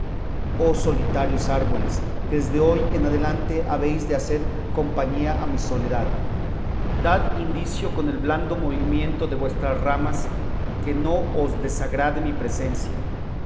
oh solitarios árboles que desde hoy en adelante habéis de hacer compañía a mi soledad dad indicio con el blando movimiento de vuestras ramas que no os desagrade mi presencia